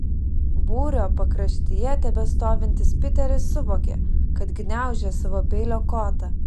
būrio pakraštyje tebestovintis piteris suvokė kad gniaužia savo peilio kotą